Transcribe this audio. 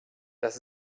das